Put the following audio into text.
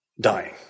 dying